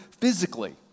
physically